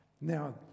Now